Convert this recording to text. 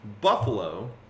Buffalo